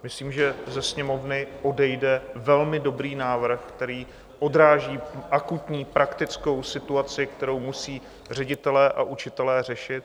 Myslím, že ze Sněmovny odejde velmi dobrý návrh, který odráží akutní praktickou situaci, kterou musí ředitelé a učitelé řešit.